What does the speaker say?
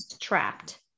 trapped